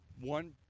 one